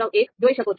1 જોઈ શકો છો